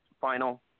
final